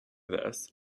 this